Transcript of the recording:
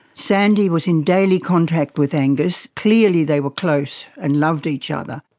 sandy was in daily contact with angus, clearly they were close and loved each other.